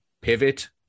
pivot